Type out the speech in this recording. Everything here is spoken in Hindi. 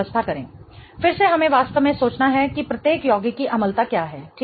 फिर से हमें वास्तव में सोचना है कि प्रत्येक यौगिक की अम्लता क्या है ठीक है